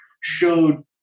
showed